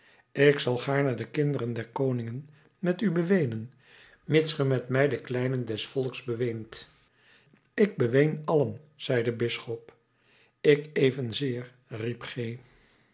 ik zal gaarne de kinderen der koningen met u beweenen mits ge met mij de kleinen des volks beweent ik beween allen zei de bisschop ik evenzeer riep g